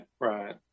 right